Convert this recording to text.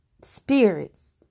Spirits